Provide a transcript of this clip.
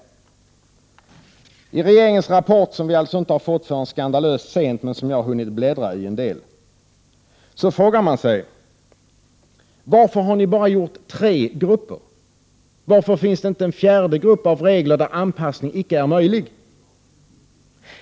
Med anledning av regeringens rapport, som vi alltså inte har fått förrän skandalöst sent men som jag har hunnit bläddra i en del, ställer jag frågan: Varför har ni bara gjort tre grupper? Varför finns det inte en fjärde grupp av regler, där anpassning icke är möjlig?